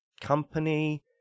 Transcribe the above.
company